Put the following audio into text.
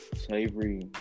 Slavery